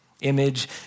Image